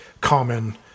common